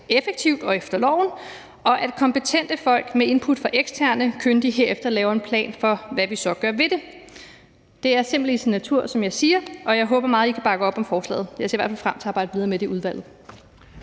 effektivt og efter loven, og at kompetente folk med input fra eksterne kyndige herefter laver en plan for, hvad vi så gør ved det. Det er simpelt i sin natur, som jeg siger, og jeg håber meget, at I kan bakke op om forslaget. Jeg ser i hvert fald frem til at arbejde videre med det i udvalget.